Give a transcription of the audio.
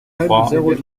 trois